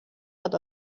hat